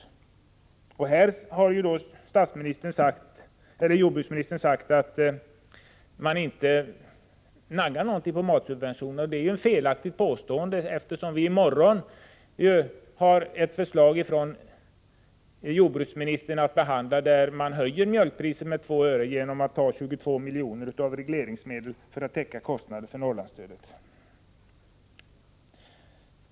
Jordbruksministern har sagt att man inte naggar på matsubventionerna. Det är ett felaktigt påstående. I morgon har vi att ta ställning till ett förslag från jordbruksministern om att höja mjölkpriset med 2 öre genom att ta 22 milj.kr. av regleringsmedlen för att täcka kostnaderna för Norrlandsstödet.